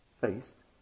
faced